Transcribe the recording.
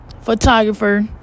photographer